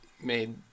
made